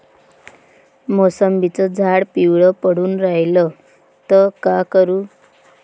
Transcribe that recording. मोसंबीचं झाड पिवळं पडून रायलं त का करू?